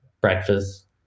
breakfast